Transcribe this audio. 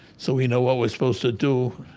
so we know what we're supposed to do.